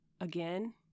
again